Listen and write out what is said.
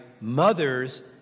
mother's